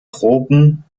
tropen